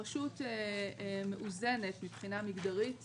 הרשות מאוזנת מבחינה מגדרית